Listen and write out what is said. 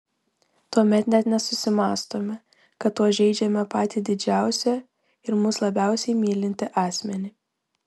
tuomet net nesusimąstome kad tuo žeidžiame patį didžiausią ir mus labiausiai mylintį asmenį